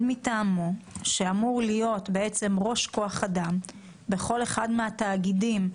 מטעמו שאמור להיות בעצם ראש כוח אדם בכל אחד מהתאגידים,